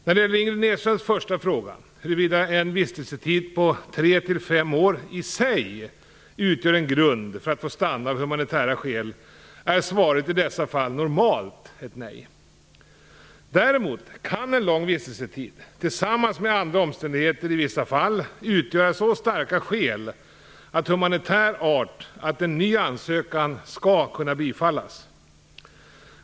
När det gäller Ingrid Näslunds första fråga huruvida en vistelsetid på 3 till 5 år i sig utgör en grund för att få stanna av humanitära skäl, är svaret i dessa fall normalt ett nej. Däremot kan en lång vistelsetid tillsammans med andra omständigheter i vissa fall utgöra så starka skäl av humanitär art att en ny ansökan skall kunna bifallas.